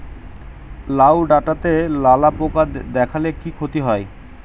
লাউ ডাটাতে লালা পোকা দেখালে কি ক্ষতি হয়?